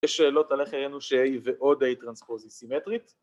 ‫יש שאלות על איך הראינו ‫שאי ואו די-טרנספוזי-סימטרית.